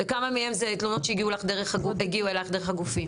וכמה מהן זה תלונות שהגיעו אלייך דרך הגופים?